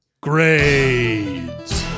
Grades